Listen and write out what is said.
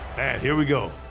here we go.